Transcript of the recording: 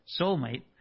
soulmate